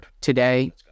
today